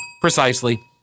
Precisely